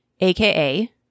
aka